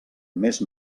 més